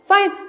Fine